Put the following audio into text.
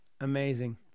Amazing